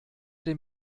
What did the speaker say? den